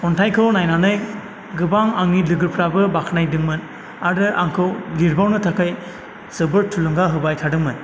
खन्थाइखौ नायनानै गोबां आंनि लोगोफ्राबो बाखनायदोंमोन आरो आंखौ लिरबावनो थाखाय जोबोद थुलुंगा होबाय थादोंमोन